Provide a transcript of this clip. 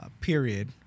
Period